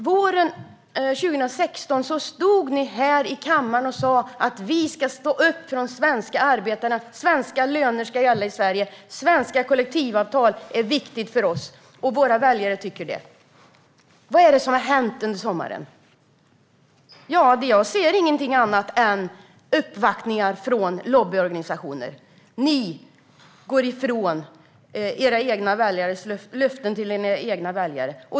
Våren 2016 stod ni här i kammaren och sa: Vi ska stå upp för de svenska arbetarna. Svenska löner ska gälla i Sverige. Svenska kollektiv-avtal är viktigt för oss, och våra väljare tycker det. Vad är det som har hänt under sommaren? Ja, jag ser inget annat än att det har varit uppvaktningar från lobbyorganisationer. Ni går ifrån löftena till era egna väljare.